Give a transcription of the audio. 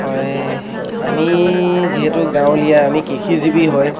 হয় আমি যিহেতু গাঁৱলীয়া আমি কৃষিজীৱি হয়